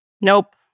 Nope